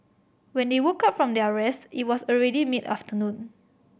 when they woke up from their rest it was already mid afternoon